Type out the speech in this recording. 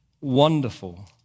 wonderful